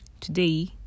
today